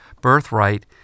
birthright